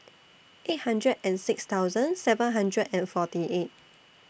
eight hundred and six thousand seven hundred and forty eight